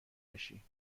بشی